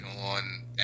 on